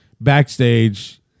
backstage